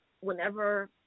whenever